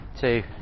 two